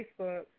Facebook